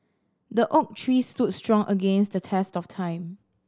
the oak tree stood strong against the test of time